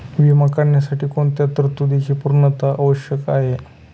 विमा काढण्यासाठी कोणत्या तरतूदींची पूर्णता आवश्यक आहे?